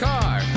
car